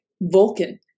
Vulcan